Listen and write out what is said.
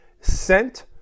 Sent